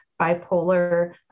bipolar